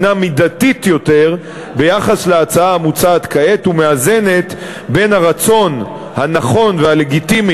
הנה מידתית יותר ביחס להצעה המוצעת כעת ומאזנת בין הרצון הנכון והלגיטימי